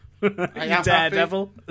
Daredevil